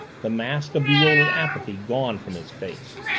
the mask of bewildered apathy gone from his face.